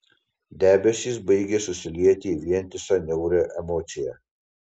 debesys baigė susilieti į vientisą niaurią emociją